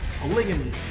Polygamy